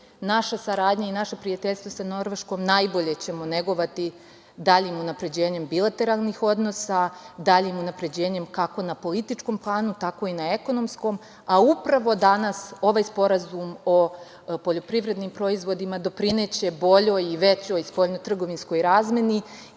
naša saradnja i naše prijateljstvo sa Norveškom najbolje ćemo negovati daljim unapređenjem bilateralnim odnosa, daljim unapređenjem kako na političkom planu, tako i na ekonomskom. Upravo danas ovaj sporazum o poljoprivrednim proizvodima doprineće boljoj i većoj spoljno-trgovinskoj razmeni